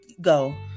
go